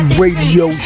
radio